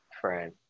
friend